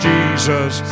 Jesus